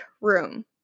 room